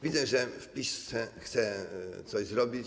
Widzę, że PiS chce coś zrobić.